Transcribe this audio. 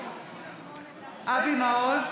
בעד אבי מעוז,